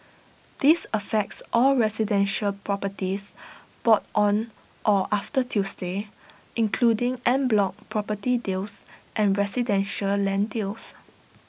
this affects all residential properties bought on or after Tuesday including en bloc property deals and residential land deals